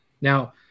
Now